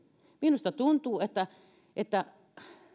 minusta tuntuu